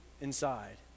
inside